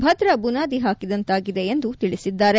ಭದ್ರ ಬುನಾದಿ ಹಾಕಿದಂತಾಗಿದೆ ಎಂದು ತಿಳಿಸಿದ್ದಾರೆ